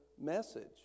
message